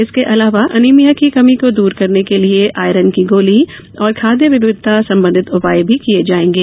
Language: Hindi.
इसके अलावा एनिभिया की कमी को दूर करने के लिये आयरन की गोली और खाद्य विविधता संबंधित उपाय भी किये जाएंगे